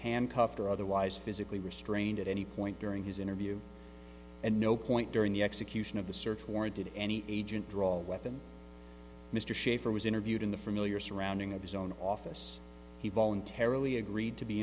handcuffed or otherwise physically restrained at any point during his interview and no point during the execution of the search warrant did any agent draw a weapon mr shafer was interviewed in the familiar surroundings of his own office he voluntarily agreed to be